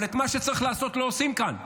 אבל את מה שצריך לעשות לא עושים כאן.